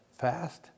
fast